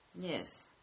Yes